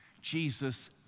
Jesus